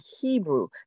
Hebrew